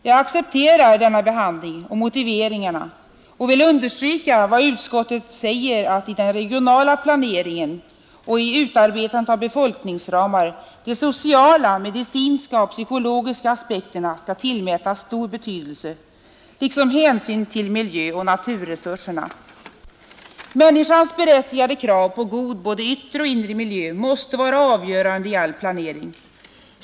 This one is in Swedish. Jag accepterar denna behandling och motiveringarna och vill understryka vad utskottet säger om att i den regionala planeringen och vid utarbetandet av befolkningsramar de sociala, medicinska och psykologiska aspekterna skall tillmätas stor betydelse, liksom hänsyn till miljöoch naturresurserna. Människans berättigade krav på god både yttre och inre miljö måste vara avgörande i all planering.